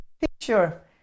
picture